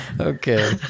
Okay